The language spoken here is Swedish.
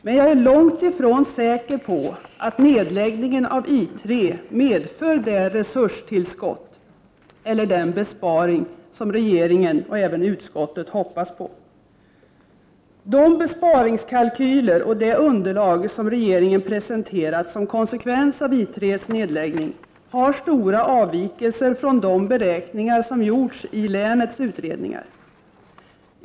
Men jag är långt ifrån säker på att nedläggningen av I 3 medför det resurstillskott eller den besparing som regeringen och även utskottet hoppas på. De besparingskalkyler och det underlag som regeringen har presenterat som konsekvens av I 3:s nedläggning har stora avvikelser från de beräkningar som gjorts i länets utredningar.